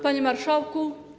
Panie Marszałku!